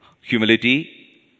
Humility